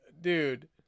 dude